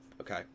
okay